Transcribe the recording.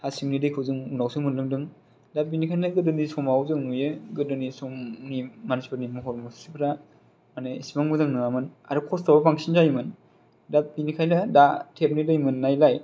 हा सिंनि दैखौ जों उनावसो मोनलोंदों दा बिनिखायनो गोदोनि समाव जों नुयो गोदोनि समनि मानसिफोरनि महर मुस्रिफोरा माने एसेबां मोजां नङामोन आरो खसथ'आबो बांसिन जायोमोन दा बिनिखायनो दा थेफ नि दै मोननायलाय